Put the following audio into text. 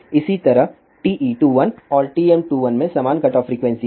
इसी तरह TE21 और TM21 में समान कटऑफ फ्रीक्वेंसी है